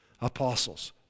apostles